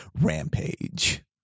Rampage